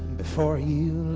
before you